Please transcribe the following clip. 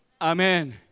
Amen